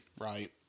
right